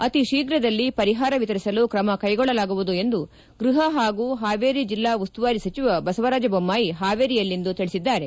ಅತೀ ಶೀಘದಲ್ಲಿ ಪರಿಪಾರ ವಿತರಿಸಲು ತ್ರಮಕೈಗೊಳ್ಳಲಾಗುವುದು ಎಂದು ಗೃಪ ಹಾಗೂ ಪಾವೇರಿ ಜಿಲ್ಲಾ ಉಸ್ತುವಾರಿ ಸಚಿವ ಬಸವರಾಜ ಮೊಮ್ಮಾಯಿ ಪಾವೇರಿಯಲ್ಲಿಂದು ತಿಳಿಸಿದ್ದಾರೆ